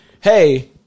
Hey